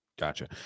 Gotcha